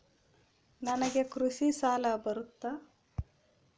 ನನಗೆ ಕೃಷಿ ಸಾಲ ಬರುತ್ತಾ?